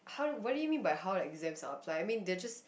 how do what do you mean by how the exams are applied I mean they're just